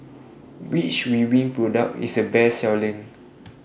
Which Ridwind Product IS The Best Selling